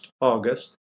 August